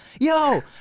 yo